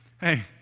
Hey